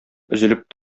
өзелеп